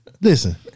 Listen